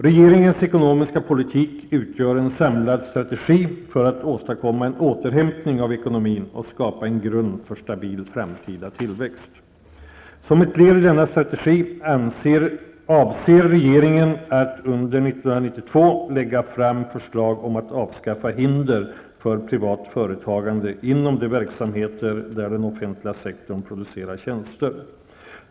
Regeringens ekonomiska politik utgör en samlad strategi för att åstadkomma en återhämtning av ekonomin och skapa en grund för stabil framtida tillväxt. Som ett led i denna strategi avser regeringen att under år 1992 lägga fram förslag om att avskaffa hinder för privat företagande inom de verksamheter där den offentliga sektorn producerar tjänster.